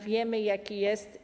Wiemy, jaki jest.